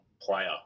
player